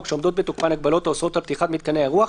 וכשעומדות בתוקפן הגבלות האסורות על פתיחת מתקני אירוח,